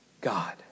God